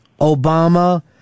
Obama